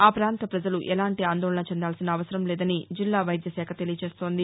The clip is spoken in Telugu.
ఆ ప్రాంత ప్రజలు ఎలాంటి ఆందోళన చెందాల్సిన అవసరం లేదని వైద్యశాఖ తెలియజేస్తోంది